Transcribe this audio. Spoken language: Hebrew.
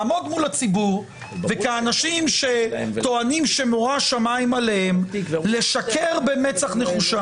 לעמוד מול הציבור וכאנשים שטוענים שמורא שמיים עליהם לשקר במצח נחושה.